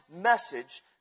message